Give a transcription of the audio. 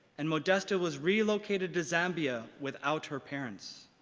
and modesta was relocated to zambia without her parents.